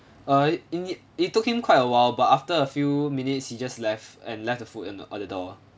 err it it took him quite a while but after a few minutes he just left and left the food at the door